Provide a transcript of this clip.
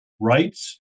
rights